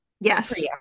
yes